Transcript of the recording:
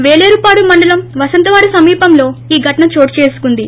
పేలేరుపాడు మండలం వసంతవాడ సమీపంలో ఈ ఘటన చోటుచేసుకుంది